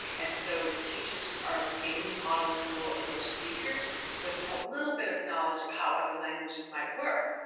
and so the teachers are mainly monolingual english speakers with a little bit of knowledge of how other languages might work.